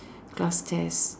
class test